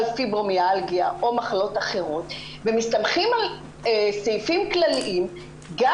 פיברומיאלגיה ומחלות אחרות ומסתמכים על סעיפים כלליים גם